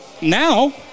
Now